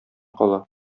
кала